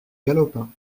galopin